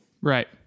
Right